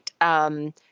right